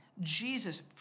Jesus